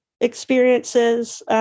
experiences